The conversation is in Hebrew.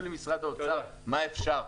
משרד האוצר, תגידו לי מה אפשר.